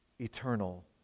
eternal